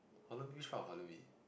Holland-V shop of Holland-V